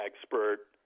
expert